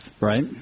Right